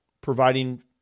providing